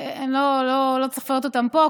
אני לא סופרת אותם פה,